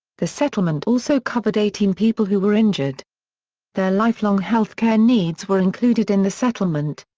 the settlement also covered eighteen people who were injured their lifelong health care needs were included in the settlement.